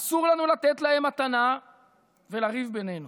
אסור לנו לתת להם מתנה ולריב בינינו.